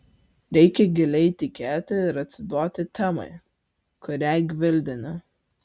reikia giliai tikėti ir atsiduoti temai kurią gvildeni